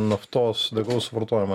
naftos degalų suvartojimą